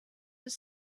his